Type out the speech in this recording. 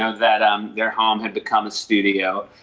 ah that um their home had become a studio.